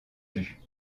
vue